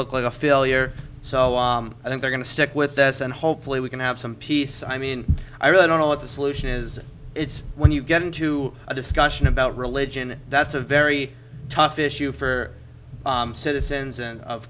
look like a failure so i think they're going to stick with us and hopefully we can have some peace i mean i really don't know what the solution is it's when you get into a discussion about religion that's a very tough issue for citizens and of